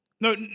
No